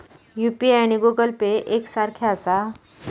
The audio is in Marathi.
यू.पी.आय आणि गूगल पे एक सारख्याच आसा?